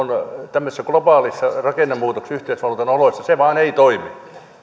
tämmöisessä globaalissa rakennemuutoksen yhteisvaluutan oloissa ei vaan toimi